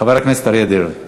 חבר הכנסת אריה דרעי.